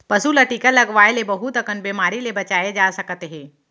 पसू ल टीका लगवाए ले बहुत अकन बेमारी ले बचाए जा सकत हे